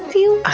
you